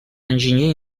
enginyer